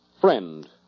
Friend